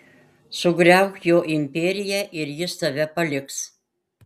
sugriauk jo imperiją ir jis tave paliks